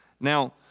Now